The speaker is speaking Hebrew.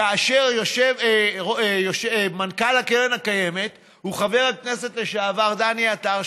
כאשר מנכ"ל קרן הקיימת הוא חבר הכנסת לשעבר דני עטר,